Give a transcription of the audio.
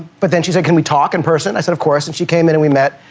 but then she said, can we talk in person? i said, of course, and she came in, and we met.